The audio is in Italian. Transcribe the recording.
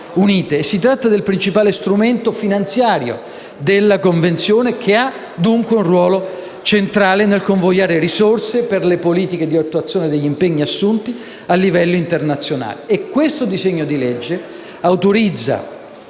Si tratta del principale strumento finanziario della Convenzione, che ha, dunque, un ruolo centrale nel convogliare risorse per le politiche di attuazione degli impegni assunti a livello internazionale. Questo disegno di legge autorizza